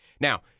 Now